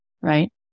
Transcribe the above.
right